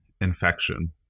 infection